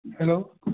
hello